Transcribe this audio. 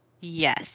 yes